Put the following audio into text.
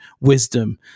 wisdom